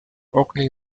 orkney